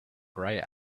grey